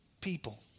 people